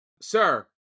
sir